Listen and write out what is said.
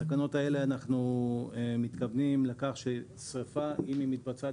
בתקנות הללו אנחנו מתכוונים לכך שאם השריפה מתבצעת